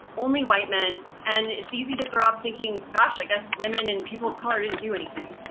only white men. and it's easy to grow up thinking, gosh, i guess women and people of color didn't do anything.